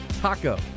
Taco